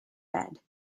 bed